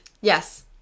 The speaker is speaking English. Yes